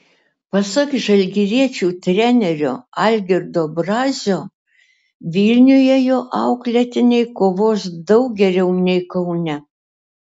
pasak žalgiriečių trenerio algirdo brazio vilniuje jo auklėtiniai kovos daug geriau nei kaune